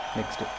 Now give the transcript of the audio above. Next